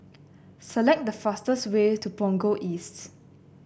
select the fastest way to Punggol East